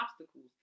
obstacles